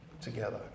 together